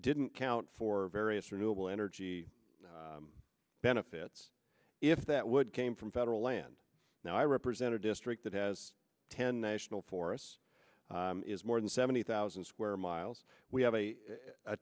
didn't count for various renewal energy benefits if that would came from federal land now i represent a district that has ten national forests is more than seventy thousand square miles we have a